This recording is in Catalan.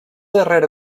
darrera